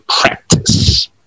practice